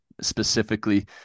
specifically